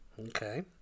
okay